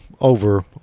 over